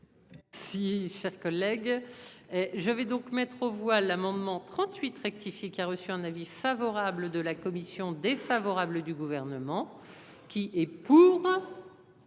Si cher collègue. Je vais donc mettre aux voix l'amendement 38 rectifié qui a reçu un avis favorable de la commission défavorable du gouvernement. Qui est pour.